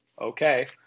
okay